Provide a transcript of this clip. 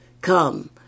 Come